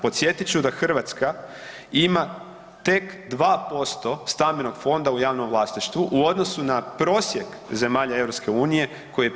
Podsjetit ću da Hrvatska ima tek 2% stambenog fonda u javnom vlasništvu u odnosu na prosjek zemalja EU koji je 15%